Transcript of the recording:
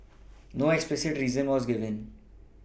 no explicit reason was given